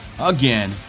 Again